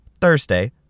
Thursday